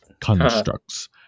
constructs